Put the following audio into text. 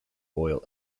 oil